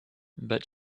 but